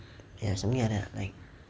ya something like that ah like